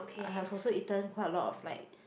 I was also eaten quite a lot of like